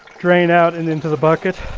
drain out and into the bucket.